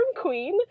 Queen